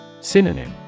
Synonym